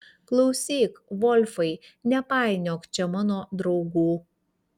klausyk volfai nepainiok čia mano draugų